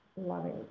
loving